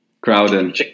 Crowden